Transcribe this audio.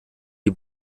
die